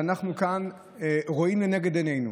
ואנחנו כאן רואים לנגד עינינו